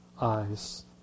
eyes